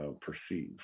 perceive